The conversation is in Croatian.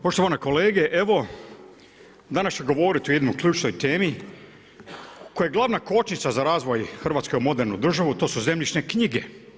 Poštovane kolege, evo, danas ću govoriti o jednoj ključnoj temi koja je glavna kočnica za razvoj Hrvatske u modernu državu, a to su zemljišne knjige.